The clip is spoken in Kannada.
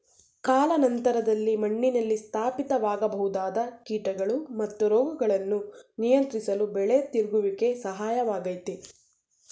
ಕಾಲಾನಂತರದಲ್ಲಿ ಮಣ್ಣಿನಲ್ಲಿ ಸ್ಥಾಪಿತವಾಗಬಹುದಾದ ಕೀಟಗಳು ಮತ್ತು ರೋಗಗಳನ್ನು ನಿಯಂತ್ರಿಸಲು ಬೆಳೆ ತಿರುಗುವಿಕೆ ಸಹಾಯಕ ವಾಗಯ್ತೆ